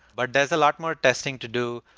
like there's a lot more testing to do.